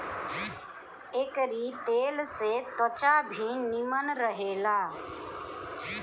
एकरी तेल से त्वचा भी निमन रहेला